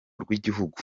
rw’igihugu